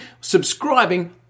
subscribing